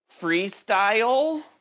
Freestyle